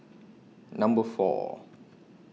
Number four